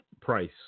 price